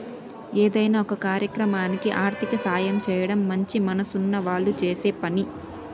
ఏదైనా ఒక కార్యక్రమానికి ఆర్థిక సాయం చేయడం మంచి మనసున్న వాళ్ళు చేసే పని